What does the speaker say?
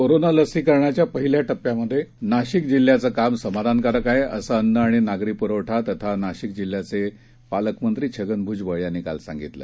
कोरोनालसीकरणाच्यापहिल्याटप्प्यातनाशिकजिल्ह्याचंकामसमाधानकारकआहे असंअन्नआणिनागरीपुरवठातथानाशिकजिल्ह्याचेपालकमंत्रीछगनभुजबळयांनीकालसांगितलं